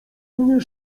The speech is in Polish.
mnie